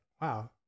Wow